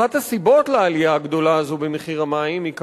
אחת הסיבות לעלייה הגדולה הזו במחיר המים היא,